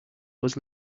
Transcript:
was